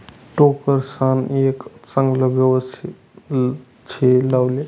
टोकरसान एक चागलं गवत से लावले